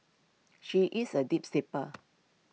she is A deep sleeper